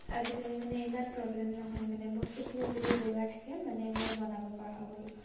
আজিকালি মানে ইমান প্ৰব্লেম নহয় মানে বস্তুখিনি যদি যোগাৰ থাকে মানে মই বনাব পৰা হৈ গ'লো